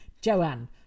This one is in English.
Joanne